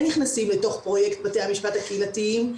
נכנסים לתוך פרויקט בתי המשפט הקהילתיים,